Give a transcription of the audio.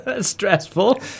stressful